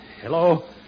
Hello